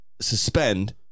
suspend